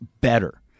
better